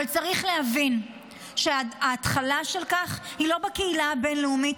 אבל צריך להבין שההתחלה של זה היא לא בקהילה הבין-לאומית,